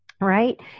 Right